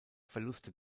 verluste